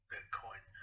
Bitcoin